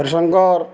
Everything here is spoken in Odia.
ହରିଶଙ୍କର